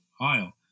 aisle